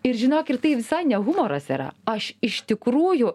ir žinok ir tai visai ne humoras yra aš iš tikrųjų